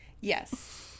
Yes